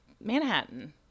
Manhattan